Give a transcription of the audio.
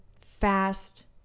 fast